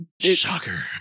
shocker